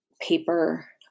paper